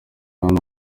hano